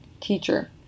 teacher